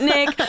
Nick